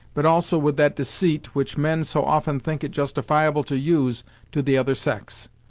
but also with that deceit which men so often think it justifiable to use to the other sex.